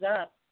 up